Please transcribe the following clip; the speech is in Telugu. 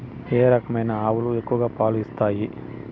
ఏ రకమైన ఆవులు ఎక్కువగా పాలు ఇస్తాయి?